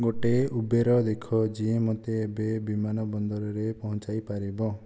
ଗୋଟିଏ ଉବେର ଦେଖ ଯିଏ ମୋତେ ଏବେ ବିମାନ ବନ୍ଦରରେ ପହଞ୍ଚାଇ ପାରିବ